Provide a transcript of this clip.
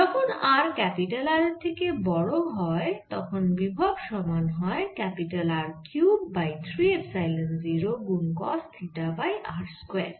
যখন r capital R এর থেকে বড় হয় তখন বিভব সমান হয় R কিউব বাই 3 এপসাইলন 0 গুন cos theta by r square